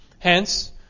Hence